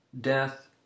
death